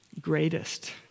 Greatest